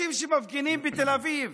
אנשים שמפגינים בתל אביב,